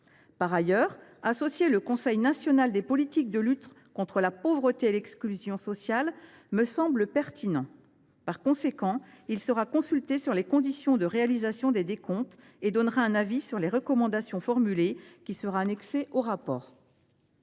Par ailleurs, associer le Conseil national des politiques de lutte contre la pauvreté et l’exclusion sociale me semble pertinent. Cette instance sera consultée sur les conditions de réalisation des décomptes et donnera sur les recommandations formulées un avis, qui sera annexé au rapport.